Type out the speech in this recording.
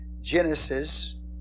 Genesis